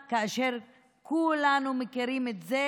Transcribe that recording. שאי-אפשר להגיש נושא חדש על